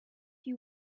you